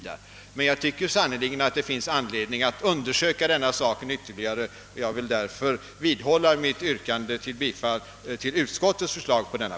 Det finns sannerligen anledning att undersöka detta problem ytterligare, och jag vidhåller därför mitt yrkande om bi